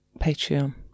patreon